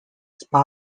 spy